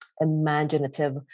imaginative